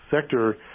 sector